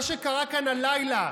מה שקרה כאן הלילה: